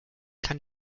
kann